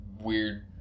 weird